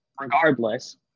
regardless